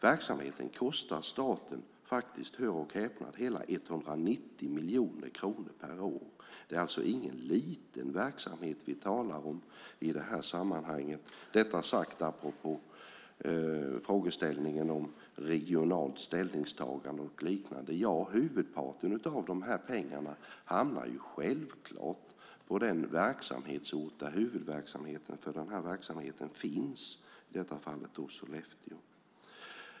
Verksamheten kostar staten - hör och häpna - hela 190 miljoner kronor per år. Det är alltså ingen liten verksamhet vi talar om i det här sammanhanget - detta sagt apropå frågeställningen om regionalt ställningstagande och liknande. Huvudparten av de här pengarna hamnar självklart på den verksamhetsort där huvudverksamheten för verksamheten finns, i detta fall Sollefteå.